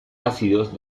ácidos